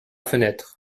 fenêtre